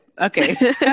Okay